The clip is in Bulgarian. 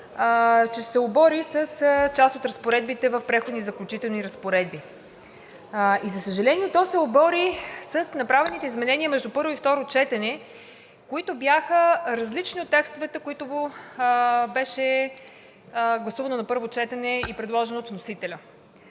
ще се обори с част от разпоредбите в Преходните и заключителните разпоредби. И за съжаление, то се обори с направените изменения между първо и второ четене, които бяха различни от текстовете, които бяха гласувани на първо четене и предложени от вносителя.